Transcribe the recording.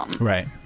Right